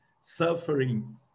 suffering